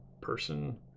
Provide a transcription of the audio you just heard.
person